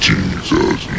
Jesus